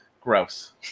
gross